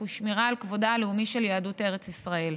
ולשמירה על כבודה הלאומי של יהדות ארץ ישראל.